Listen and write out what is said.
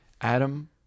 Adam